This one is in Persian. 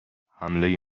حمله